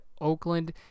Oakland